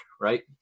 right